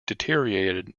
deteriorated